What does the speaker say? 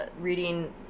reading